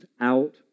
out